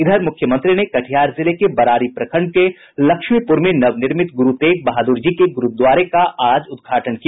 इधर मुख्यमंत्री ने कटिहार जिले के बरारी प्रखंड के लक्ष्मीपुर में नवनिर्मित गुरू तेग बहादुर जी गुरूद्वारे का आज उद्घाटन किया